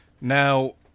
Now